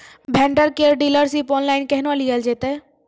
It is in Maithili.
भेंडर केर डीलरशिप ऑनलाइन केहनो लियल जेतै?